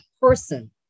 person